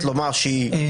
אני